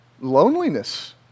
loneliness